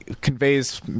conveys